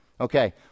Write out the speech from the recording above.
Okay